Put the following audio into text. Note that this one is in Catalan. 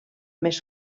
més